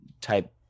type